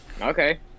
Okay